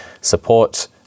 support